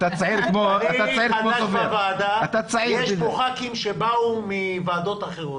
יש פה ח"כים שבאו מוועדות אחרות.